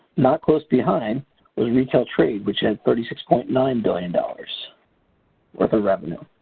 not close behind was retail trade, which had thirty six point nine billion dollars worth of revenue.